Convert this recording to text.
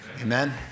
Amen